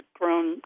grown